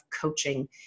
coaching